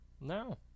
No